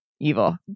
evil